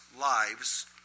lives